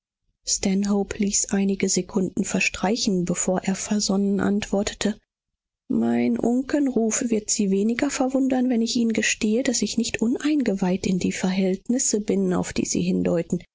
ließ einige sekunden verstreichen bevor er versonnen antwortete mein unkenruf wird sie weniger verwundern wenn ich ihnen gestehe daß ich nicht uneingeweiht in die verhältnisse bin auf die sie hindeuten